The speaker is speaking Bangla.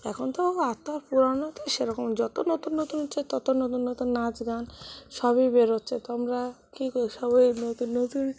এখন তো আর তা আর পুরনো তো সেরকম যত নতুন নতুন হচ্ছে তত নতুন নতুন নাচ গান সবই বেরচ্ছে তোমরা কী কর সবই নতুন নতুন